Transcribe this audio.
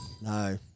No